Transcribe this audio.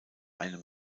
einem